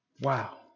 Wow